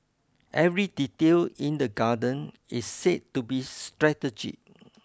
every detail in the garden is said to be strategic